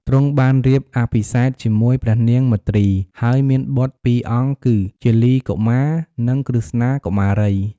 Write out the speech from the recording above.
ទ្រង់បានរៀបអភិសេកជាមួយព្រះនាង មទ្រី ហើយមានបុត្រពីរអង្គគឺ ជាលីកុមារ និង ក្រឹស្នាកុមារី។